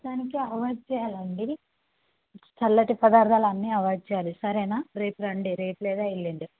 మొత్తానికి అవాయిడ్ చేయాలండి చల్లటి పదార్థాలు అన్నీ అవైడ్ చేయాలి సరేనా రేపు రండి రేపు లేదా ఎల్లుండి